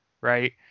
Right